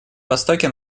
востоке